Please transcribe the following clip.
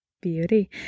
beauty